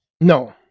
No